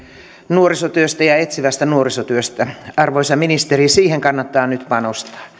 nuorisotyöstä ja etsivästä nuorisotyöstä arvoisa ministeri siihen kannattaa nyt panostaa